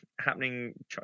happening